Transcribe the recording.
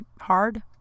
hard